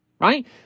right